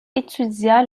étudia